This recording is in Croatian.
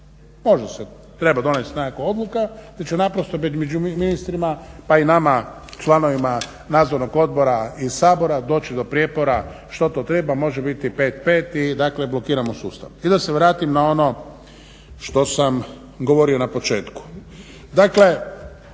Može se, treba donijeti nekakva odluka koja će naprosto biti među ministrima pa i nama članovima nadzornog odbora iz Sabora doći do prijepora što to treba, može biti 5-5 i dakle blokiramo sustav. I da se vratim na ono što sam govorio na početku.